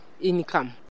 income